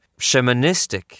shamanistic